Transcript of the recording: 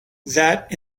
that